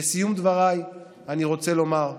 לסיום דבריי אני רוצה לומר: